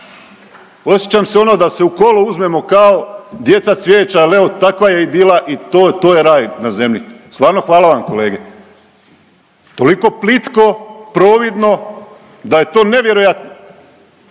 Osjećam se ono da se u kolo uzmemo kao djeca cvijeća jel evo takva je idila i to, to je raj na zemlji. Stvarno, hvala vam kolege. Toliko plitko, providno da je to nevjerojatno